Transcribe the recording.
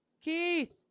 Keith